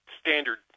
standard